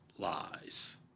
lies